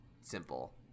simple